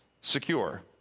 secure